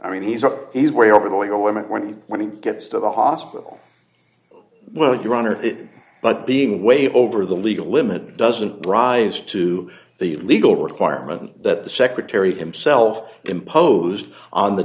i mean he's up he's way over the legal limit when he when he gets to the hospital well your honor it but being way over the legal limit doesn't rise to the legal requirement that the secretary himself imposed on the